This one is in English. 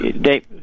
Dave